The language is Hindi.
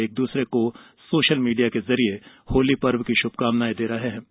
एक दूसरे को सोशल मीडिया के जरिए होली के पर्व की शुभकामनाएं और बधाई दी